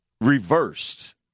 reversed